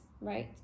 right